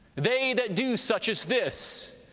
they that do such as this